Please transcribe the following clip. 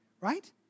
right